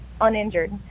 uninjured